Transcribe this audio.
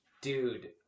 dude